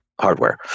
hardware